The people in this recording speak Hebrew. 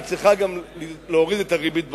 היא צריכה גם להוריד את הריבית בהעלאה.